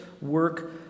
work